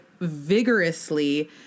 vigorously